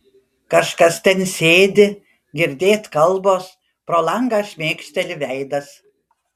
kažkas ten sėdi girdėt kalbos pro langą šmėkšteli veidas